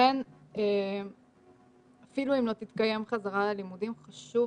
לכן אפילו אם לא תתקיים חזרה ללימודים חשוב